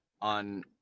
on